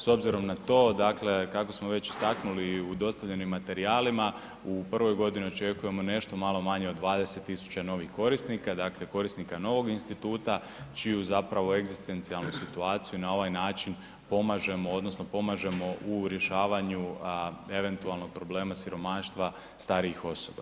S obzirom na to, dakle kako smo već istaknuli u dostavljenim materijalima u prvoj godini očekujemo nešto malo manje od 20.000 novih korisnika, dakle korisnika novog instituta čiju zapravo egzistencijalnu situaciju na ovaj način pomažemo odnosno pomažemo u rješavanju eventualnog problema siromaštva starijih osoba.